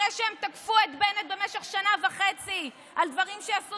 אחרי שהם תקפו את בנט במשך שנה וחצי על דברים שעשו